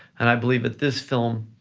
and i believe that this film,